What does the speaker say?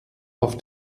auf